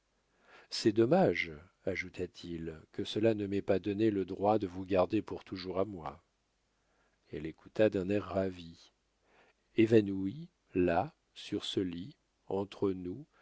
c'est dommage ajouta-t-il que cela ne m'ait pas donné le droit de vous garder pour toujours à moi elle écouta d'un air ravi évanouie là sur ce lit entre nous